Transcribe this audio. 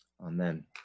Amen